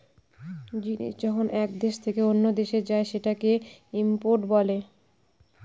জিনিস যখন এক দেশ থেকে অন্য দেশে যায় সেটাকে ইম্পোর্ট বলে